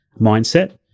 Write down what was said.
mindset